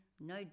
no